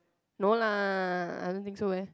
no lah I don't think so eh